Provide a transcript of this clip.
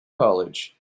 college